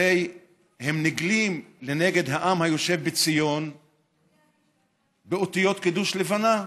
הרי הם נגלים לנגד העם היושב בציון באותיות קידוש לבנה.